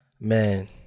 Man